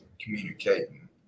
communicating